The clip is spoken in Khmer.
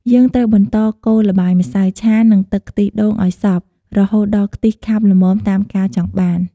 យើងត្រូវបន្តកូរល្បាយម្សៅឆានិងទឹកខ្ទិះដូងឲ្យសព្វ រហូតដល់ខ្ទិះខាប់ល្មមតាមការចង់បាន។